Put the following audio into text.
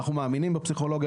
אנחנו מאמינים בפסיכולוגיה,